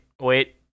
wait